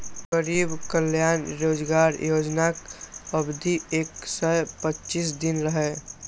गरीब कल्याण रोजगार योजनाक अवधि एक सय पच्चीस दिन रहै